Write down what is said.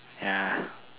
ya